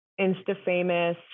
Insta-famous